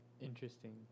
Interesting